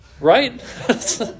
right